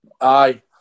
Aye